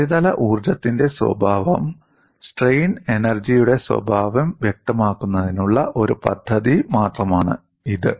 ഉപരിതല ഊർജ്ജത്തിന്റെ സ്വഭാവം സ്ട്രെയിൻ എനർജിയുടെ സ്വഭാവം വ്യക്തമാക്കുന്നതിനുള്ള ഒരു പദ്ധതി മാത്രമാണ് ഇത്